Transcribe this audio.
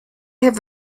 have